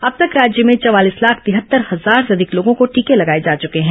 अब तक राज्य में चवालीस लाख तिहत्तर हजार से अधिक लोगों को टीके लगाए जा चुके हैं